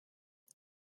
est